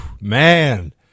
man